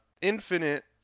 Infinite